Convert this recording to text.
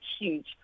huge